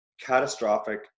catastrophic